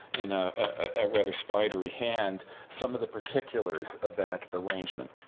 in a ah rather spidery hand, some of the particulars of that arrangement.